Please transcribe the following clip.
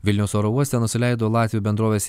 vilniaus oro uoste nusileido latvių bendrovės